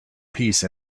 peace